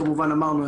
כמובן אמרנו,